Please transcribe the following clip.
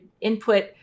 input